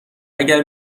اگر